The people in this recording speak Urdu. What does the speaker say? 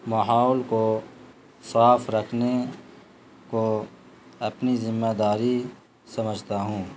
ماحول کو صاف رکھنے کو اپنی ذمہ داری سمجھتا ہوں